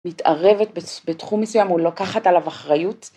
‫מתערבת בתחום מסוים ולוקחת עליו אחריות.